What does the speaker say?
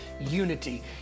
unity